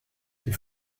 die